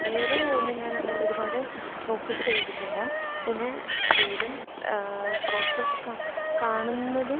വേറെ ഒന്നും ഞാൻ അങ്ങനെ ഒരുപാട് ഫോക്കസ് ചെയ്തിട്ടില്ല പിന്നെ റീലും ഷോർട്സ് ഒക്കെ കാണുന്നത്